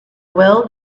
will